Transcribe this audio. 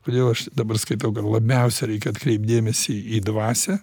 kodėl aš dabar skaitau kad labiausiai reikia atkreipti dėmesį į dvasią